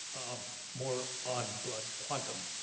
more on blood quantum.